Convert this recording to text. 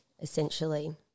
essentially